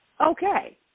okay